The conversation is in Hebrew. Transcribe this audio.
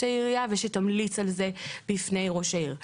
העירייה ושתמליץ על זה בפני ראש העיר.